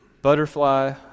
Butterfly